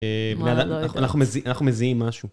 אה... ואנח..אנחנו, אנחנו מזיעים משהו